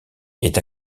est